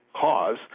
cause